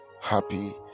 happy